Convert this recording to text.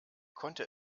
konnte